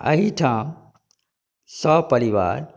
ऐहिठाम सपरिवार